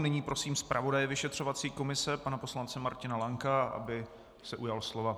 Nyní prosím zpravodaje vyšetřovací komise pana poslance Martina Lanka, aby se ujal slova.